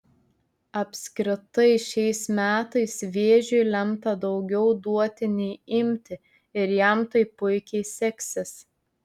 apskritai šiais metais vėžiui lemta daugiau duoti nei imti ir jam tai puikiai seksis